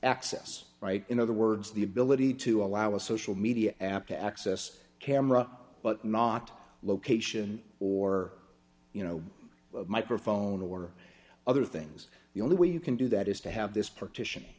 access right in other words the ability to allow a social media app to access camera but not location or you know microphone or other things the only way you can do that is to have this partition